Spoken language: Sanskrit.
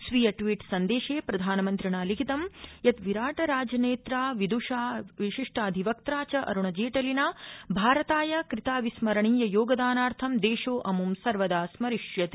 स्वीय ट्वीट् सन्देशे प्रधानमन्त्रिणा लिखित यत् विराट् राजनेत्रा विद्षा विशिष्टाधिवक्त्रा च अरूणजेटलिना भारताय कृताविस्मरणी योगदानाथं देशो अम् सर्वदा स्मरिष्यति